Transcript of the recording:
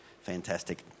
fantastic